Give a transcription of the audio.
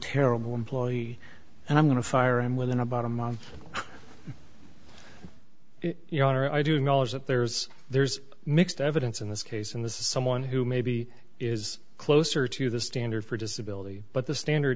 terrible employee and i'm going to fire him within about a month your honor i do acknowledge that there's there's mixed evidence in this case and this is someone who maybe is closer to the standard for disability but the standard